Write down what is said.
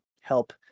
help